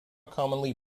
commonly